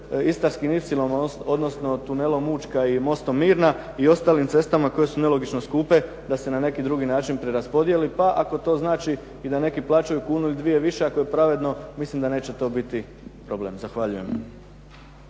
Istarskim ipsilonom odnosno tunelom Učka i mostom Mirna i ostalim cestama koje su nelogično skupe da se na neki drugi način preraspodijeli pa ako to znači i da neki plaćaju kunu ili dvije više, ako je pravedno mislim da neće to biti problem. Zahvaljujem.